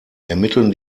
ermitteln